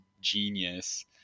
genius